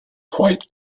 quite